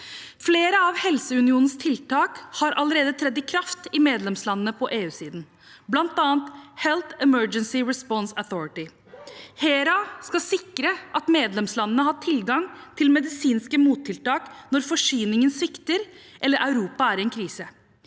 Flere av helseunionens tiltak har allerede trådt i kraft i medlemslandene på EU-siden, bl.a. HERA, Health Emergency Preparedness and Response Authority. HERA skal sikre at medlemslandene har tilgang til medisinske mottiltak når forsyningen svikter, eller når Europa er i en krise.